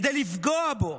כדי לפגוע בו.